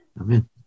Amen